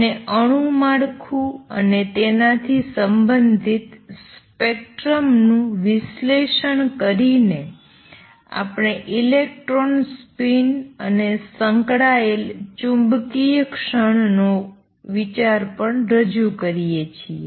અને અણુ માળખું અને તેનાથી સંબંધિત સ્પેક્ટ્રમ નું વિશ્લેષણ કરીને આપણે ઇલેક્ટ્રોન સ્પિન અને સંકળાયેલ ચુંબકીય ક્ષણનો વિચાર પણ રજૂ કરીએ છીએ